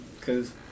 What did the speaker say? Cause